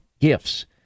gifts